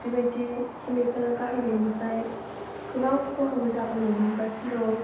बेबायदि केमिकेल बाहायनायनिफ्राय गोबां ख'हाबो जाबोनो हमगासिनो दं